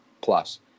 plus